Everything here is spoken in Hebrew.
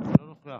אינו נוכח,